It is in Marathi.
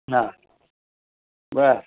हां बरं